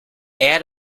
eğer